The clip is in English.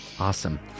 Awesome